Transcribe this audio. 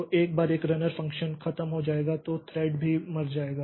तो एक बार जब रनर फंक्शन खत्म हो जाएगा तो थ्रेड भी मर जाएगा